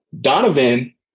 Donovan